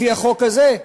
לפי החוק הזה,